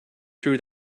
threw